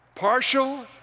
Partial